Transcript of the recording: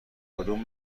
کدوم